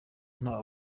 nta